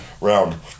round